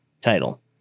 title